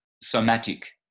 somatic